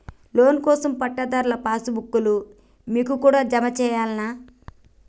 Loan కోసం పట్టాదారు pass book లు మీ కాడా జమ చేయల్నా?